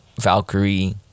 valkyrie